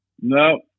No